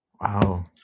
Wow